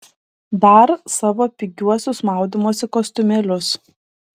dar savo pigiuosius maudymosi kostiumėlius